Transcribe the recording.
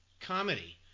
comedy